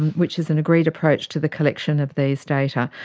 which is an agreed approach to the collection of these data,